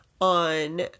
on